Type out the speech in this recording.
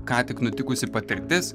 ką tik nutikusi patirtis